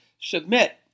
submit